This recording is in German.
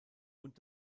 und